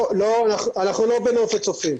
לא, אנחנו לא בנופת צופים.